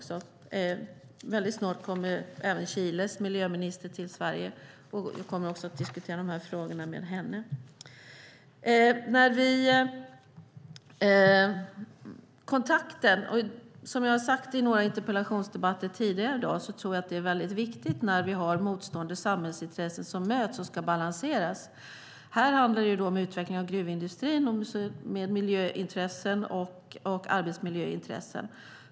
Snart kommer Chiles miljöminister till Sverige, och jag kommer att diskutera dessa frågor med henne. Som jag sagt i några tidigare interpellationsdebatter i dag tror jag att det är viktigt att tänka på att vi har motstående samhällsintressen som möts och ska balanseras. Här handlar det om utvecklingen av gruvindustrin som ska balanseras med miljöintressen och arbetsmiljöintressen.